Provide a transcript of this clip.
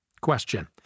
Question